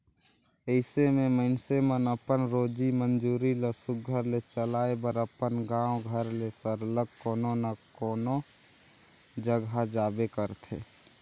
अइसे में मइनसे मन अपन रोजी मंजूरी ल सुग्घर ले चलाए बर अपन गाँव घर ले सरलग कोनो न कोनो जगहा जाबे करथे